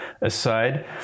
aside